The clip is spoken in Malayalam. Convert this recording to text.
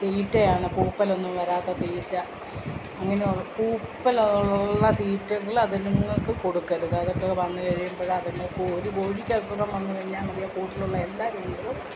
തീറ്റയാണ് പൂപ്പലൊന്നു വരാത്ത തീറ്റ അങ്ങനെയും പൂപ്പലുള്ള തീറ്റകൾ അതുങ്ങൾക്ക് കൊടുക്കരുത് അതേപോലെ വന്നു കഴിയുമ്പോൾ അതിൻ്റെ കൂ ഒരു കോഴിക്കസുഖം വന്നു കഴിഞ്ഞാൽ മതി ആ കൂട്ടിലുള്ള എല്ലാ കിളികളും